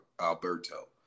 Alberto